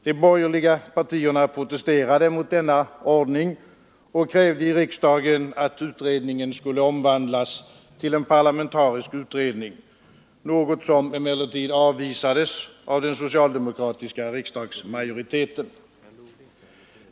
De borgerliga partierna protesterade mot denna ordning och krävde i riksdagen att utredningen skulle omvandlas till en parlamentarisk utredning, något som emellertid avvisades av den socialdemokratiska riksdagsmajoriteten.